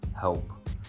help